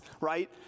right